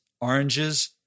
oranges